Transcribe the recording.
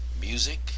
Music